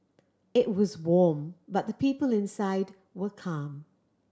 it was warm but the people inside were calm